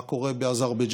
מה קורה באזרבייג'ן,